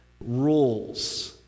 rules